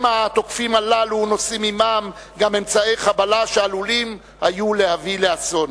שמא התוקפים הללו נושאים עמם גם אמצעי חבלה שעלולים היו להביא לאסון.